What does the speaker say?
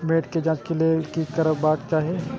मैट के जांच के लेल कि करबाक चाही?